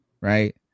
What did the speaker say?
right